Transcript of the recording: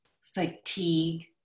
fatigue